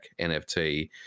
NFT